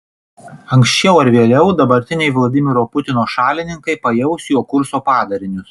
anksčiau ar vėliau dabartiniai vladimiro putino šalininkai pajaus jo kurso padarinius